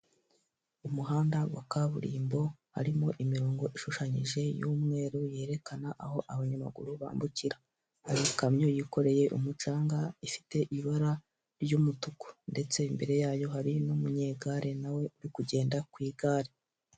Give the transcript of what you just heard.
Umuhanda wa kaburimbo harimo imirongo ishushanyije y'umweru yerekana aho abanyamaguru bambukira. Hari ikamyo yikoreye umucanga ifite ibara ry'umutuku, ndetse imbere yayo hari n'umunyegare nawe uri kugenda ku igare.